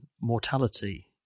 mortality